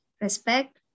respect